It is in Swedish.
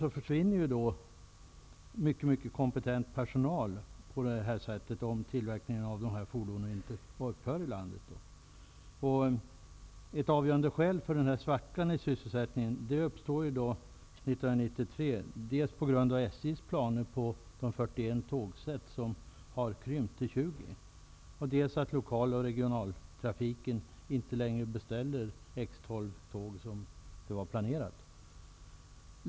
Oerhört kompetent personal försvinner om tillverkningen i landet av de här fordonen upphör. Avgörande skäl till den svacka i sysselsättningen som uppstår 1993 är dels SJ:s planer på att krympa antalet tågsätt från 41 till 20, dels att lokal och regionaltrafiken inte längre beställer X12-tåg i den utsträckning som det var planerat.